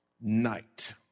night